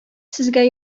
сезгә